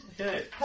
Okay